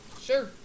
Sure